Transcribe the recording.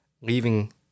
leaving